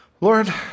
Lord